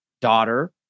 daughter